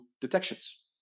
detections